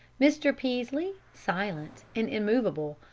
mr. peaslee, silent and immovable,